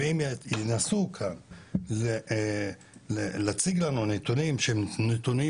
ואם ינסו כאן להציג לנו נתונים שהם נתונים